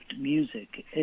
music